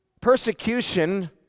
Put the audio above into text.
Persecution